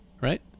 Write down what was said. right